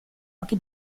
occhi